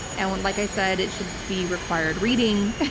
and like i said, it should be required reading.